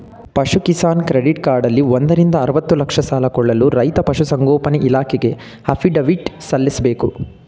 ಪಶು ಕಿಸಾನ್ ಕ್ರೆಡಿಟ್ ಕಾರ್ಡಲ್ಲಿ ಒಂದರಿಂದ ಅರ್ವತ್ತು ಲಕ್ಷ ಸಾಲ ಕೊಳ್ಳಲು ರೈತ ಪಶುಸಂಗೋಪನೆ ಇಲಾಖೆಗೆ ಅಫಿಡವಿಟ್ ಸಲ್ಲಿಸ್ಬೇಕು